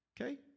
Okay